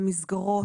והמסגרות,